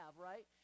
right